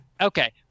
Okay